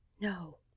No